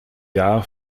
jahr